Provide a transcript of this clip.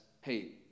hey